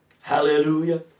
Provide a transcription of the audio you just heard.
Hallelujah